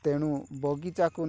ତେଣୁ ବଗିଚାକୁ